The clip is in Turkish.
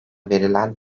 verilen